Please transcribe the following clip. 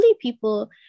people